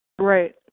Right